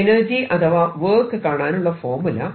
energy അഥവാ work കാണാനുള്ള formula